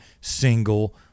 single